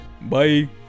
Bye